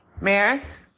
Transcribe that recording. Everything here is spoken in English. Maris